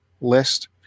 list